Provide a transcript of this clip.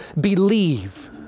believe